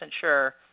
sure